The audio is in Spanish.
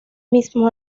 mismo